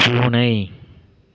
பூனை